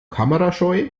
kamerascheu